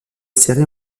série